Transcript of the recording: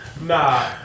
Nah